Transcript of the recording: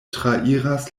trairas